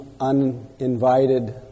uninvited